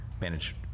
manage